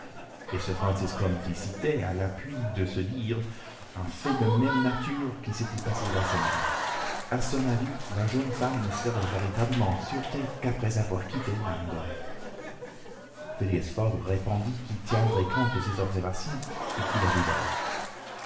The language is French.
et sir francis cromarty citait à l'appui de ce dire un fait de même nature qui s'était passé récemment a son avis la jeune femme ne serait véritablement en sûreté qu'après avoir quitté l'inde phileas fogg répondit qu'il tiendrait compte de ces observations et qu'il aviserait